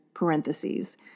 parentheses